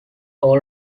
all